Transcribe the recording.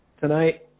tonight